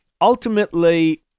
Ultimately